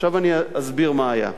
עכשיו אני אסביר מה היה.